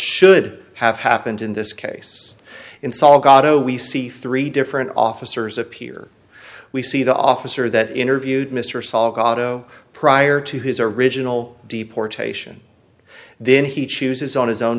should have happened in this case in salgado we see three different officers appear we see the officer that interviewed mr salgado prior to his original deportation then he chooses on his own